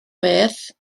beth